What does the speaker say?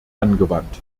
angewandt